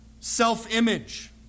self-image